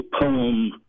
poem